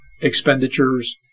expenditures